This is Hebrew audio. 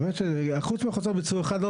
חוץ מחוזר ביצוע אחד,